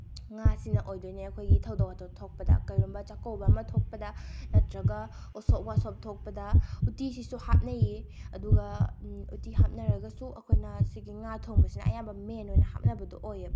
ꯉꯥꯁꯤꯅ ꯑꯣꯏꯗꯣꯏꯅꯦ ꯑꯩꯈꯣꯏꯒꯤ ꯊꯧꯗꯣꯛ ꯋꯥꯊꯣꯛ ꯊꯣꯛꯄꯗ ꯀꯩꯒꯨꯝꯕ ꯆꯥꯛꯀꯧꯕ ꯑꯃ ꯊꯣꯛꯄꯗ ꯅꯠꯇ꯭ꯔꯒ ꯎꯁꯣꯞ ꯋꯥꯁꯣꯞ ꯊꯣꯛꯄꯗ ꯎꯇꯤꯁꯤꯁꯨ ꯍꯥꯞꯅꯩꯌꯦ ꯑꯗꯨꯒ ꯎꯇꯤ ꯍꯥꯞꯅꯔꯒꯁꯨ ꯑꯩꯈꯣꯏꯅ ꯁꯤꯒꯤ ꯉꯥ ꯊꯣꯡꯕꯁꯤꯅ ꯑꯌꯥꯝꯕ ꯃꯦꯟ ꯑꯣꯏꯅ ꯍꯥꯞꯅꯕꯗꯣ ꯑꯣꯏꯌꯦꯕ